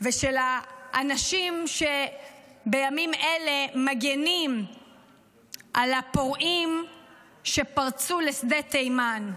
ושל האנשים שבימים אלה מגינים על הפורעים שפרצו לשדה תימן.